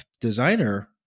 designer